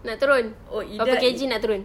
nak turun berapa K_G nak turun